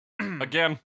again